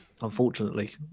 unfortunately